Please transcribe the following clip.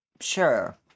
Sure